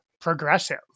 progressive